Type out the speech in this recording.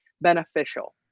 beneficial